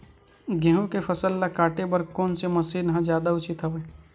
गेहूं के फसल ल काटे बर कोन से मशीन ह जादा उचित हवय?